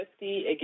Again